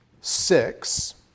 six